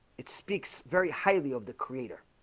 it speaks very highly of the creator